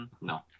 no